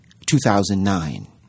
2009